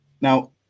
Now